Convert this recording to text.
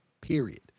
period